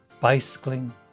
bicycling